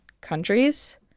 countries